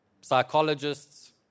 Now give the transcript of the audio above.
psychologists